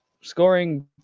scoring